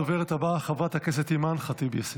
הדוברת הבאה, חברת הכנסת אימאן ח'טיב יאסין.